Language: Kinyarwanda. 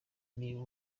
niba